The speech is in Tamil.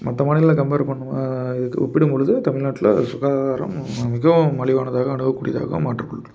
மற்ற மாநிலங்களை கம்பேர் பண்ணும் இதுக்கு ஒப்பிடும் பொழுது தமிழ்நாட்டில் சுகாதாரம் மிகவும் மலிவானதாக அணுகக் கூடியதாகவும் மாற்றுக்கொள்